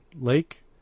Lake